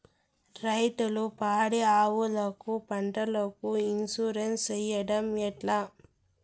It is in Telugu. రైతులు పాడి ఆవులకు, పంటలకు, ఇన్సూరెన్సు సేయడం ఎట్లా?